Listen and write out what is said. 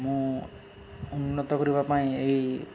ମୁଁ ଉନ୍ନତ କରିବା ପାଇଁ ଏଇ